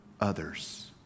others